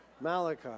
Malachi